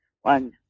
one